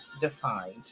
defined